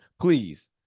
please